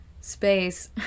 space